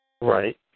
Right